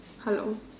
hello